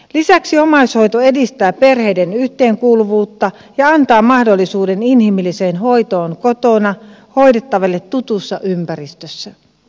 lisäksi omaishoito edistää perheiden yhteenkuuluvuutta ja antaa mahdollisuuden inhimilliseen hoitoon kotona hoidettavalle tutussa ympäristössä